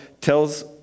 tells